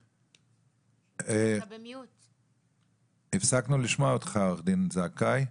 שנציג --- הפסקנו לשמוע אותך עורך דין זכאי.